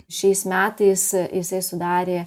šiais metais jisai sudarė